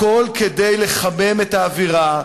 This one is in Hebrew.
הכול כדי לחמם את האווירה,